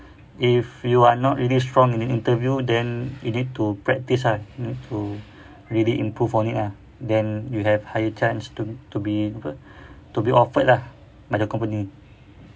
if you are not really strong in an interview then you need to practice ah you need to really improve on it ah then you have higher chance to to be apa to be offered lah by the company